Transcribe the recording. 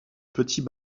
petit